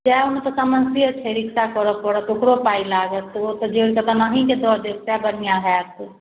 जाइमे तऽ समस्ये छै रिक्शा करऽ पड़त ओकरो पाइ लागत ओ तऽ जोड़िके तखन अहीँके दऽ देब सएह बढ़िआँ हैत